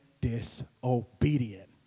disobedient